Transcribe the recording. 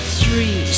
three